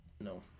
No